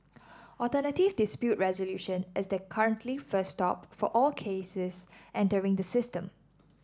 alternative dispute resolution is the currently first stop for all cases entering the system